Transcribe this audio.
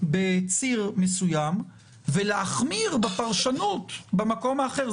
בציר מסוים ולהחמיר בפרשנות במקום האחר,